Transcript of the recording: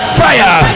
fire